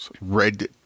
Red